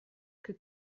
que